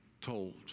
told